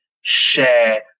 share